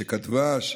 משק הדבש,